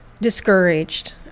discouraged